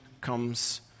comes